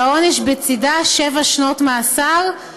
שהעונש בצידה שבע שנות מאסר,